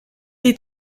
est